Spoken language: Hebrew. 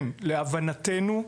להבנתנו,